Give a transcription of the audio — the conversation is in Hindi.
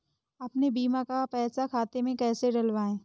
अपने बीमा का पैसा खाते में कैसे डलवाए?